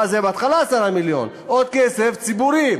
ואז, זה בהתחלה 10 מיליון, עוד כסף ציבורי.